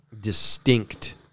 distinct